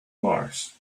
mars